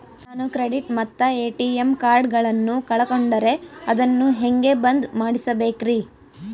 ನಾನು ಕ್ರೆಡಿಟ್ ಮತ್ತ ಎ.ಟಿ.ಎಂ ಕಾರ್ಡಗಳನ್ನು ಕಳಕೊಂಡರೆ ಅದನ್ನು ಹೆಂಗೆ ಬಂದ್ ಮಾಡಿಸಬೇಕ್ರಿ?